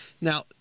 Now